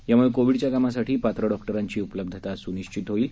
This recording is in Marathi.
त्याम्ळे कोविडच्या कामासाठी पात्र डॉक्टरांची उपलब्धता स्निश्चित होईल